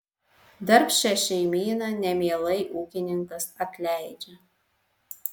darbščią šeimyną nemielai ūkininkas atleidžia